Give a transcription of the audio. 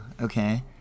okay